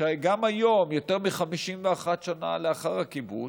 שגם היום, יותר מ-51 שנה לאחר הכיבוש,